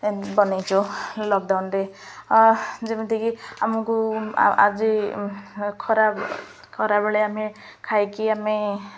ବନାଇଛୁ ଲକଡାଉନରେ ଯେମିତିକି ଆମକୁ ଆଜି ଖରା ଖରାବେଳେ ଆମେ ଖାଇକି ଆମେ